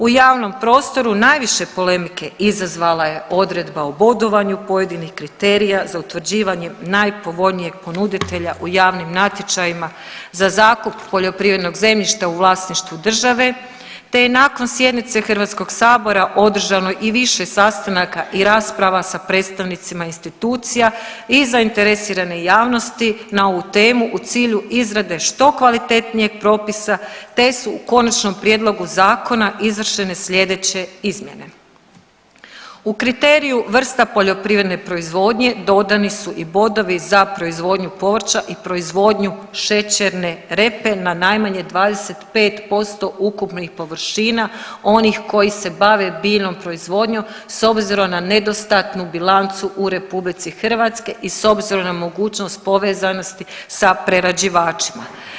U javnom prostoru najviše polemike izazvala je odredba o bodovanju pojedinih kriterija za utvrđivanje najpovoljnijeg ponuditelja u javnim natječajima za zakup poljoprivrednog zemljišta u vlasništvu države, te je nakon sjednice Hrvatskog sabora održano i više sastanaka i rasprava sa predstavnicima institucija i zainteresirane javnosti na ovu temu u cilju izrade što kvalitetnijeg propisa, te su u konačnom prijedlogu zakona izvršene sljedeće izmjene: u kriteriju vrsta poljoprivredne proizvodnje dodani su i bodovi za proizvodnju povrća i proizvodnju šećerne repe na najmanje 25% ukupnih površina onih koji se bave biljnom proizvodnjom s obzirom na nedostatnu bilancu u Republici Hrvatske i s obzirom na mogućnost povezanost sa prerađivačima.